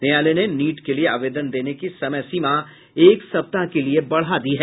न्यायालय ने नीट के लिए आवेदन देने की समय सीमा एक सप्ताह के लिए बढ़ा दी है